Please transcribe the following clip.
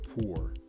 poor